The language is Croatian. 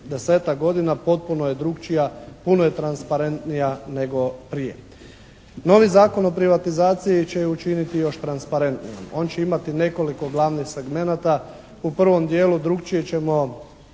desetak godina potpuno je drukčija, puno je transparentnija nego prije. Novi Zakon o privatizaciji će je učiniti još transparentnijom. On će imati nekoliko glavnih segmenata. U prvom dijelu drukčije ćemo